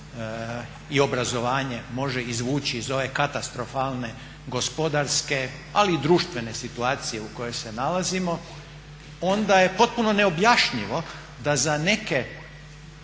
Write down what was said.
i obrazovanje može izvući iz ove katastrofalne gospodarske ali i društvene situacije u kojoj se nalazimo onda je potpuno neobjašnjivo da za neke